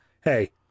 hey